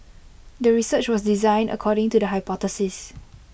the research was designed according to the hypothesis